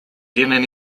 tienen